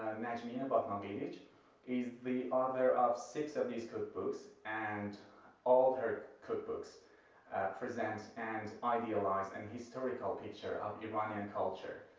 najmieh you know batmanglij is the author of six of these cookbooks, and all her cookbooks present and idealize an and historical picture of iranian culture,